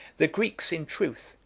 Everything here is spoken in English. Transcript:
the greeks, in truth,